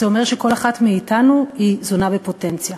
זה אומר שכל אחת מאתנו היא זונה בפוטנציה.